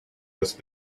with